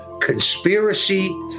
Conspiracy